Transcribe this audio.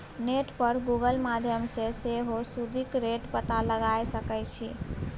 net पर Google माध्यमसँ सेहो सुदिक रेट पता लगाए सकै छी